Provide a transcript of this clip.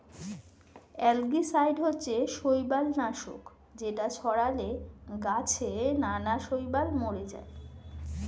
algicide হচ্ছে শৈবাল নাশক যেটা ছড়ালে গাছে নানা শৈবাল মরে যায়